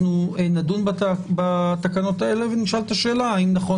אנחנו נדון בתקנות האלה ונשאל את השאלה האם נכון